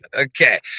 Okay